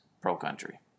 pro-country